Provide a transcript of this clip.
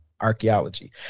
archaeology